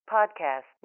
Podcast